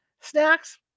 snacks